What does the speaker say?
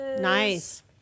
nice